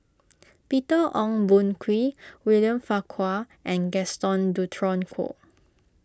Peter Ong Boon Kwee William Farquhar and Gaston Dutronquoy